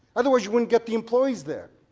otherwise you wouldn't get the employees there.